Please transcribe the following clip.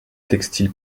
textile